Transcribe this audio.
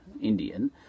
Indian